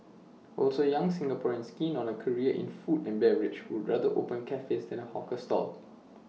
also young Singaporeans keen on A career in food and beverage would rather open cafes than A hawker stall